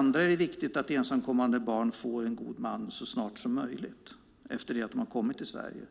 Vidare är det viktigt att ensamkommande barn får en god man så snart som möjligt efter det att de har kommit till Sverige.